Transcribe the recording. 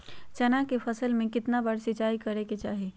चना के फसल में कितना बार सिंचाई करें के चाहि?